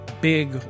big